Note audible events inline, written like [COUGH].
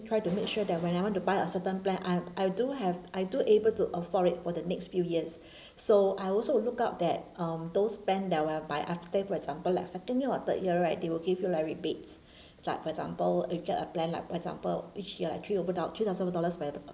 try to make sure that when I want to buy a certain plan I I do have I do able to afford it for the next few years [BREATH] so I also will look out that um those plan that whereby after for example like second year or third year right they will give you like rebates [BREATH] like for example if you apply like for example if you are like three over thou~ three thousand over dollars by uh